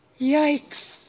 yikes